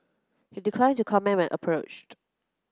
he declined to comment when approached